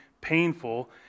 painful